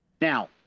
Now